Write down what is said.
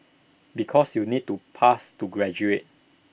because you need to pass to graduate